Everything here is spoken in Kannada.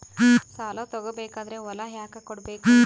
ಸಾಲ ತಗೋ ಬೇಕಾದ್ರೆ ಹೊಲ ಯಾಕ ಕೊಡಬೇಕು?